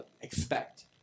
expect